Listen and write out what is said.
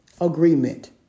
Agreement